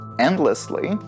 endlessly